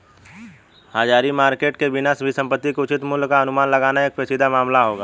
हाजिर मार्केट के बिना भी संपत्ति के उचित मूल्य का अनुमान लगाना एक पेचीदा मामला होगा